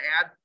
add